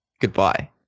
goodbye